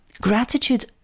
gratitude